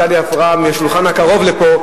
היתה לי הפרעה מהשולחן הקרוב לפה,